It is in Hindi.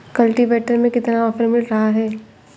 कल्टीवेटर में कितना ऑफर मिल रहा है?